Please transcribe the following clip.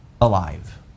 alive